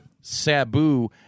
Sabu